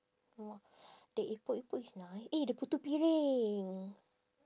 !wah! the epok epok is nice eh the putu piring